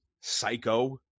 psycho